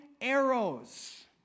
arrows